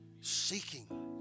seeking